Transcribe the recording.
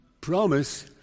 promise